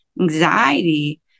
anxiety